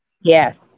Yes